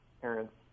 parents